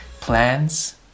Plans